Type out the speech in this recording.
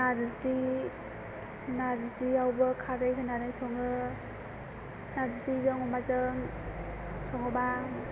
नार्जि नार्जियावबो खारै होनानै सङाे नार्जिजों अमाजों सङाेबा